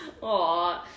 Aw